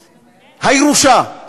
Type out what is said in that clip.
הירושה.